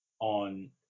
on